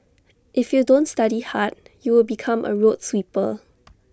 if you don't study hard you will become A road sweeper